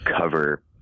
cover